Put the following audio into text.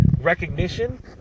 recognition